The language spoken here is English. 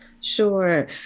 Sure